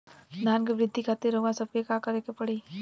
धान क वृद्धि खातिर रउआ सबके का करे के पड़ी?